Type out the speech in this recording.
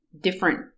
different